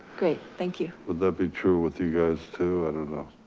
great, thank you. would that be true with you guys too? i don't